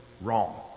wrong